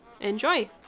Enjoy